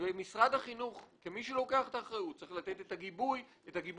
משרד החינוך כמי שלוקח את האחריות צריך לתת את הגיבוי התקציבי,